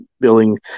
building